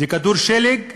זה כדור שלג שיתגלגל,